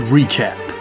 Recap